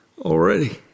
already